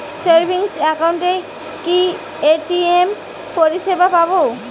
Savings একাউন্টে কি ATM পরিসেবা পাব?